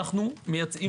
אנו מייצאים.